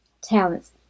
talents